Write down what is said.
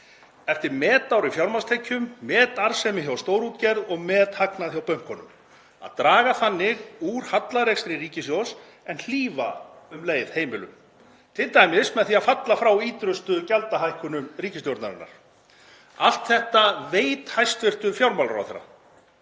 eftir metár í fjármagnstekjum, metarðsemi hjá stórútgerð og methagnað hjá bönkunum, að draga þannig úr hallarekstri ríkissjóðs en hlífa um leið heimilum, t.d. með því að falla frá ýtrustu gjaldahækkunum ríkisstjórnarinnar. Allt þetta veit hæstv. fjármálaráðherra,